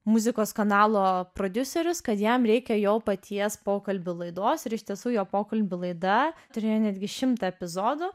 muzikos kanalo prodiuserius kad jam reikia jo paties pokalbių laidos ir iš tiesų jo pokalbių laida turėjo netgi šimtą epizodų